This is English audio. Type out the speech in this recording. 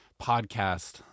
podcast